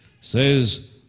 says